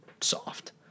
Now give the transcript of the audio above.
soft